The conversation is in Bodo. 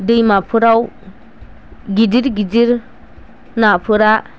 दैमाफोराव गिदिर गिदिर नाफोरा